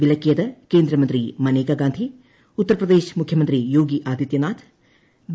വിലക്കിയത് കേന്ദ്രമന്ത്രി മനേകാ ഗാന്ധി ഉത്തർപ്രദേശ് മുഖ്യമന്ത്രി യോഗി ആദിതൃനാഥ് ബി